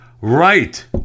Right